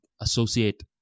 associate